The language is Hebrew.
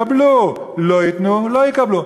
יקבלו, לא ייתנו לא יקבלו.